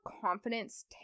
confidence